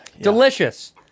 Delicious